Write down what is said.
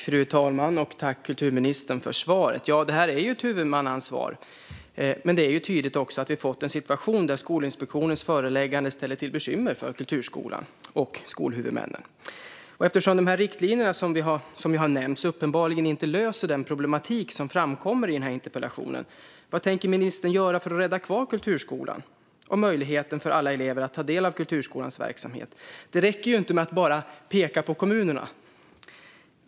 Fru talman! Tack, kulturministern, för svaret! Ja, det är ett huvudmannaansvar. Men det är tydligt att vi har en situation där Skolinspektionens föreläggande ställer till bekymmer för kulturskolan och skolhuvudmännen. Eftersom riktlinjerna som har nämnts uppenbarligen inte löser den problematik som framkommer i interpellationen undrar jag vad ministern tänker göra för att rädda kvar kulturskolan och möjligheten för alla elever att ta del av kulturskolans verksamhet. Det räcker inte att bara peka på kommunerna.